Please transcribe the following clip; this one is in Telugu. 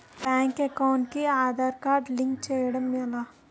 బ్యాంక్ అకౌంట్ కి ఆధార్ కార్డ్ లింక్ చేయడం ఎలా?